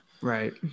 Right